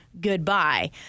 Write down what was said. goodbye